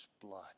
blood